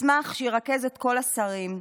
מסמך שירכז את כל השרים,